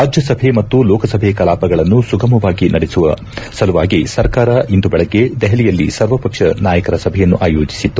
ರಾಜ್ಲಸಭೆ ಮತ್ತು ಲೋಕಸಭೆ ಕಲಾಪಗಳನ್ನು ಸುಗಮವಾಗಿ ನಡೆಸುವ ಸಲುವಾಗಿ ಸರ್ಕಾರ ಇಂದು ಬೆಳಗ್ಗೆ ದೆಹಲಿಯಲ್ಲಿ ಸರ್ವಪಕ್ಷ ನಾಯಕರ ಸಭೆಯನ್ನು ಆಯೋಜಿಸಿತ್ತು